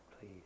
please